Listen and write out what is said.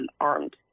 armed